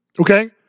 okay